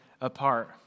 apart